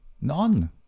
None